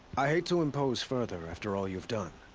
i hate to impose further, after all you've done.